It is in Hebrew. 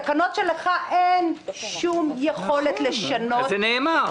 לך אין שום יכולת לשנות את התקנות,